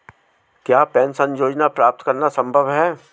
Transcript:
क्या पेंशन योजना प्राप्त करना संभव है?